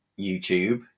YouTube